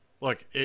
Look